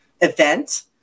event